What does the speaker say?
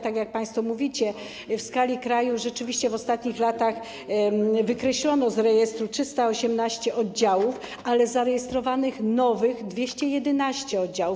Tak jak państwo mówicie, w skali kraju rzeczywiście w ostatnich latach wykreślono z rejestru 318 oddziałów, ale zarejestrowano 211 nowych oddziałów.